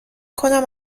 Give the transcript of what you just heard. کنم